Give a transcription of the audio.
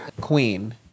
Queen